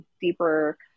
deeper